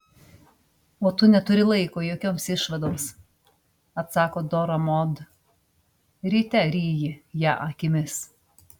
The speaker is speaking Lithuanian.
o tu neturi laiko jokioms išvadoms atsako dora mod ryte ryji ją akimis